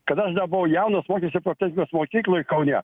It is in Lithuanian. kada aš dar buvau jaunas mokiausi proftechnikos mokykloj kaune